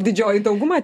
didžioji dauguma